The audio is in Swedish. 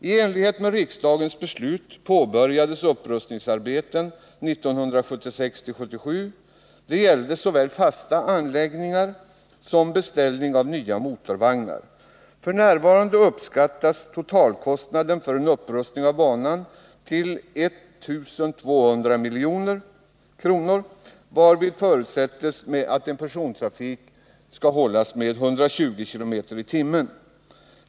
I enlighet med riksdagens beslut påbörjades upprust = 12 november 1979 ningsarbeten 1976-1977. Det gällde såväl fasta anläggningar som beställning av nya motorvagnar. F. n. uppskattas totalkostnaden för en upprustning av Om inlandsbanan banan till 1 200 milj.kr., varvid förutsätts persontrafik med hastigheter upp — m.m. till 120 km/tim.